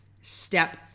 step